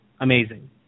Amazing